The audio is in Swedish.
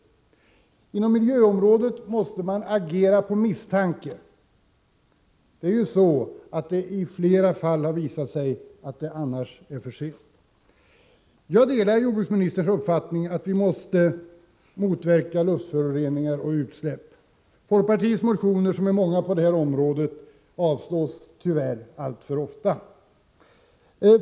Inom miljöområdet måste man agera på misstanke. Det har i flera fall visat sig, att det annars blir för sent. Jag delar jordbruksministerns uppfattning att vi måste motverka luftföro reningarna. Folkpartiets motioner, som är många på det området, avslås tyvärr alltför ofta.